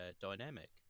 dynamic